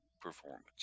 performance